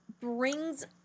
brings